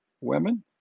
women